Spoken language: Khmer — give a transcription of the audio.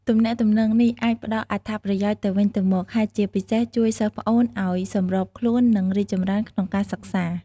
ទំនាក់ទំនងនេះអាចផ្ដល់អត្ថប្រយោជន៍ទៅវិញទៅមក ហើយជាពិសេសជួយសិស្សប្អូនឲ្យសម្របខ្លួន និងរីកចម្រើនក្នុងការសិក្សា។